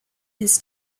his